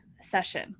session